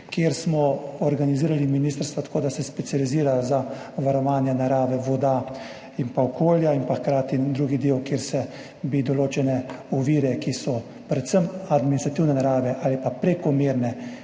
smo organizirali tako, da se specializirajo za varovanje narave, voda in okolja, in hkrati drugi del, kjer bi se določene ovire, ki so predvsem administrativne narave ali pa prekomerne,